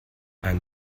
ein